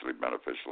beneficial